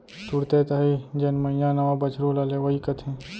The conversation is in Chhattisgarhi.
तुरते ताही जनमइया नवा बछरू ल लेवई कथें